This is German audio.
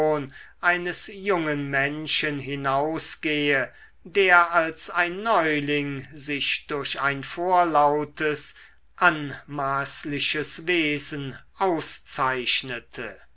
eines jungen menschen hinausgehe der als ein neuling sich durch ein vorlautes anmaßliches wesen auszeichnete